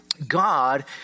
God